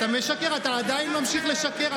תתנצל.